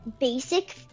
basic